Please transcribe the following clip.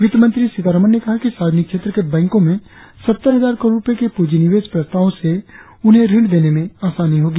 वित्तमंत्री सीतारमन ने कहा कि सार्वजनिक क्षेत्र के बैंको में सत्तर हजार करोड़ रुपये के प्रंजीनिवेश प्रस्तावों से उन्हें ऋण देने में आसानी होगी